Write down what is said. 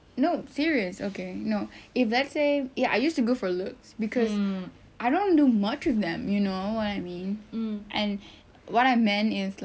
no serious okay no if let's say ya I used to go for looks cause I don't do much to them you know what I mean and what I meant is like